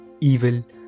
evil